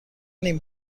این